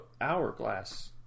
Hourglass